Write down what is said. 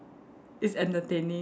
it's entertaining